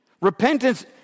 repentance